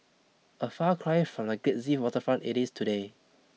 a far cry from the glitzy waterfront it is today